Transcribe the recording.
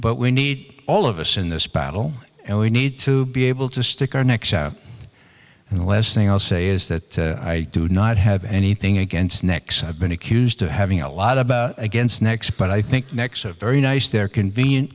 but we need all of us in this battle and we need to be able to stick our necks out and the less thing i'll say is that i do not have anything against next i've been accused of having a lot about against next but i think next a very nice they're convenient